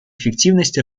эффективности